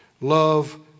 Love